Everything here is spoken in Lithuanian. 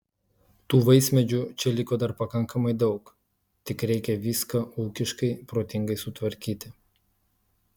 tų vaismedžių čia liko dar pakankamai daug tik reikia viską ūkiškai protingai sutvarkyti